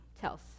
tells